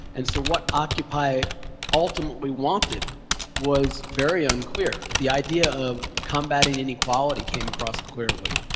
and so what occupy ultimately wanted was very unclear. the idea of combating inequality came across clearly,